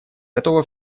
готово